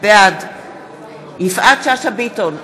בעד יפעת שאשא ביטון,